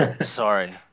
Sorry